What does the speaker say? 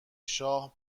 شاه